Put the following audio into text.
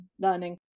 learning